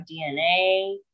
dna